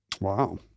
Wow